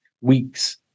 weeks